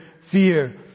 fear